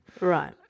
Right